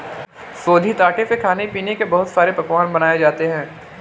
शोधित आटे से खाने पीने के बहुत सारे पकवान बनाये जाते है